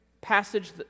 passage